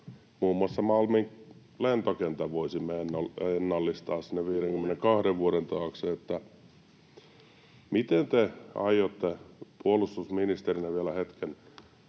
muun muassa Malmin lentokentän voisimme ennallistaa sinne 52 vuoden taakse. Kun te olette puolustusministerinä vielä hetken,